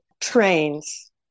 trains